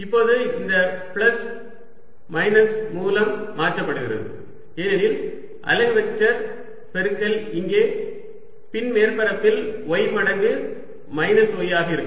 இப்போது இந்த plus minus மூலம் மாற்றப் போகிறது ஏனென்றால் அலகு வெக்டர் பெருக்கல் இங்கே பின் மேற்பரப்பில் y மடங்கு மைனஸ் y ஆக இருக்கும்